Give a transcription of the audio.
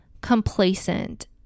complacent